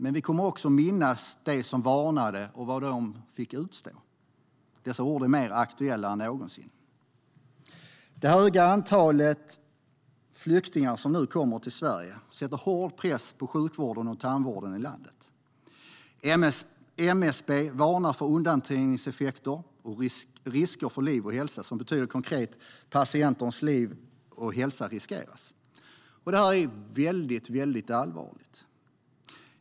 Men vi kommer också att minnas dem som varnade och vad de fick utstå. Dessa ord är mer aktuella än någonsin. Det stora antalet flyktingar som nu kommer till Sverige sätter hård press på sjukvården och tandvården i landet. MSB varnar för undanträngningseffekter och risker för liv och hälsa. Det betyder konkret att patienters liv och hälsa riskeras. Detta är mycket allvarligt.